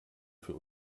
für